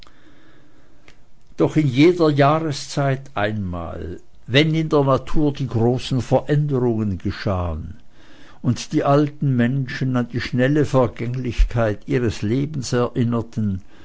doch in jeder jahreszeit einmal wenn in der natur die großen veränderungen geschahen und die alten menschen an die schnelle vergänglichkeit ihres lebens erinnerten